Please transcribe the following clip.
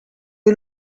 you